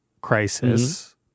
crisis